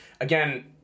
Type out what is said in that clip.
again